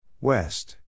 West